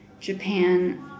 Japan